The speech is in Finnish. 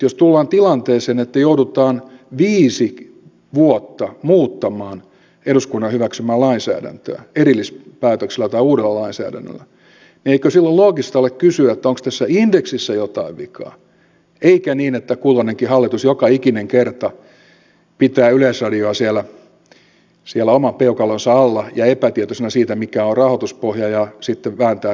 jos tullaan tilanteeseen että joudutaan viisi vuotta muuttamaan eduskunnan hyväksymää lainsäädäntöä erillispäätöksellä tai uudella lainsäädännöllä niin eikö silloin loogista ole kysyä onko tässä indeksissä jotain vikaa eikä niin että kulloinenkin hallitus joka ikinen kerta pitää yleisradiota siellä oman peukalonsa alla ja epätietoisena siitä mikä on rahoituspohja ja sitten vääntää ruuvia kireämmälle